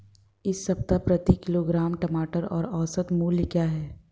इस सप्ताह प्रति किलोग्राम टमाटर का औसत मूल्य क्या है?